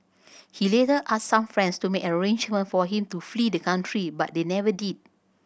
he later asked some friends to make arrangements for him to flee the country but they never did